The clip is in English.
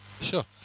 Sure